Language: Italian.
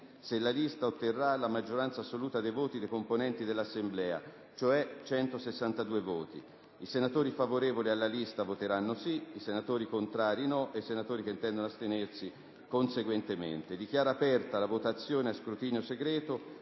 se la lista otterrà la maggioranza assoluta dei voti dei componenti l'Assemblea, cioè 162 voti. I senatori favorevoli alla lista proposta voteranno sì; i senatori contrari voteranno no; i senatori che intendono astenersi si comporteranno di conseguenza. Dichiaro aperta la votazione a scrutinio segreto,